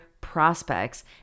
prospects